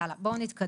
יאללה בואו נתקדם.